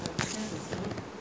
ya she's doing better now